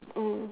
mm